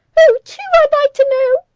who to, i'd like to know?